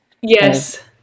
yes